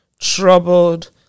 troubled